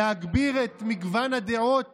להגביר את מגוון הדעות